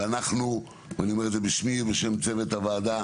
ואנחנו, ואני אומר את זה בשמי ובשם צוות הוועדה,